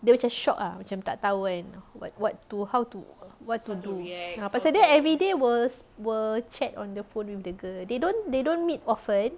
dia macam shock ah macam tak tahu kan what what to how to what to do pasal dia everyday will will chat on the phone with the girl they don't they don't meet often